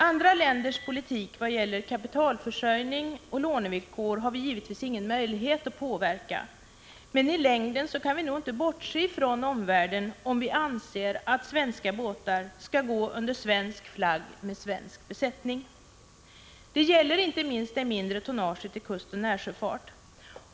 Andra länders politik när det gäller kapitalförsörjning och lånevillkor har vi givetvis ingen möjlighet att påverka, men i längden kan vi inte bortse ifrån omvärlden, om vi anser att svenska båtar skall gå under svensk flagg med svensk besättning. Det gäller inte minst det mindre tonnaget i kustoch närsjöfart.